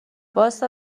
واستا